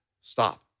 stop